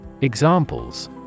Examples